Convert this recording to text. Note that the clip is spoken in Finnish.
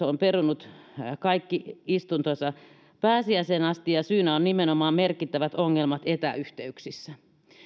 on perunut kaikki istuntonsa pääsiäiseen asti ja syynä ovat nimenomaan merkittävät ongelmat etäyhteyksissä